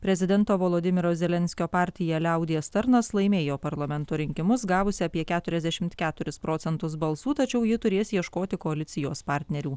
prezidento volodymyro zelenskio partija liaudies tarnas laimėjo parlamento rinkimus gavusi apie keturiasdešim keturis procentus balsų tačiau ji turės ieškoti koalicijos partnerių